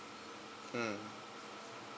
mm